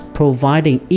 providing